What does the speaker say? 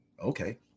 Okay